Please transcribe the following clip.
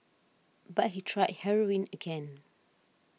but he tried heroin again